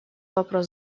вопрос